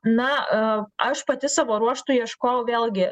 na aš pati savo ruožtu ieškojau vėlgi